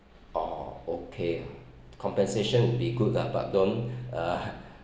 oh okay lah compensation would be good lah but don't uh